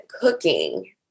cooking